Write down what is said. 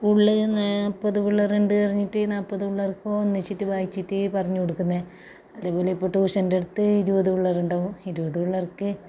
സ്കൂളിൽ നിന്ന് നാൽ പ്പത് പിള്ളേരുണ്ട് പറഞ്ഞിട്ട് നാൽപ്പത് പിള്ളേർക്കും ഒന്നിച്ചിട്ട് വായിച്ചിട്ട് പറഞ്ഞ് കൊടുക്കുന്നത് അതേ പോലെ ഇപ്പം ട്യൂഷൻറ്റടുത്ത് ഇരുപത് പിള്ളേരുണ്ടാവും ഇരുപത് പിള്ളേർക്ക്